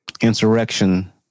insurrection